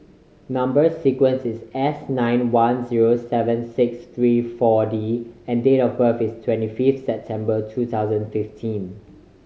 number sequence is S nine one zero seven six three Four D and date of birth is twenty fifth September two thousand fifteen